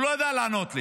הוא לא ידע לענות לי,